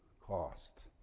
cost